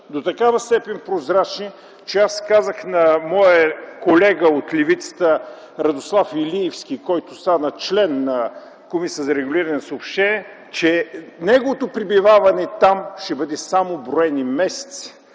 до такава степен прозрачни, че аз казах на моя колега от левицата Радослав Илиевски, който стана член на Комисията за регулиране на съобщенията, че неговото пребиваване там ще бъде само броени месеци,